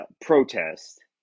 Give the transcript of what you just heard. protest